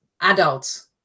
Adults